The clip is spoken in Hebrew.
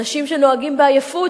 אנשים שנוהגים בעייפות,